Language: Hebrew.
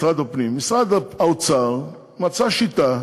משמר הגבול פועל בשיתוף